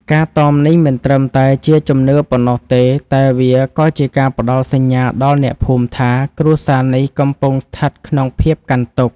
ការតមនេះមិនត្រឹមតែជាជំនឿប៉ុណ្ណោះទេតែវាក៏ជាការផ្ដល់សញ្ញាដល់អ្នកភូមិថា គ្រួសារនេះកំពុងស្ថិតក្នុងភាពកាន់ទុក្ខ។